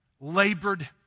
labored